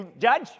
Judge